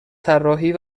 طراحی